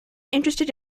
interested